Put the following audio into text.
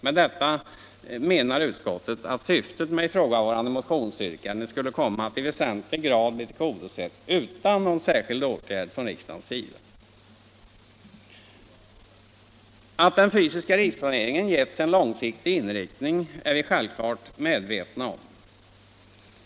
Med detta menar utskottet att syftet med ifrågavarande motionsyrkande skulle komma att i väsentlig grad bli tillgodosett utan någon särskild åtgärd från riksdagens sida. Att den fysiska riksplaneringen getts en långsiktig inriktning är vi självfallet medvetna om.